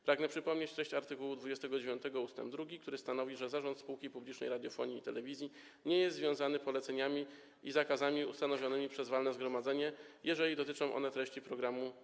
Pragnę przypomnieć treść art. 29 ust. 2, który stanowi, że zarząd spółki publicznej radiofonii i telewizji nie jest związany poleceniami ani zakazami ustanowionymi przez walne zgromadzenie, jeżeli dotyczą one treści programu.